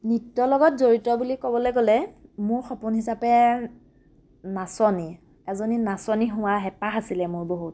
নৃত্যৰ লগত জড়িত বুলি ক'বলৈ গ'লে মোৰ সপোন হিচাপে নাচনী এজনী নাচনী হোৱাৰ হেঁপাহ আছিলে মোৰ বহুত